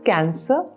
Cancer